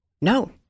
No